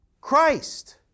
Christ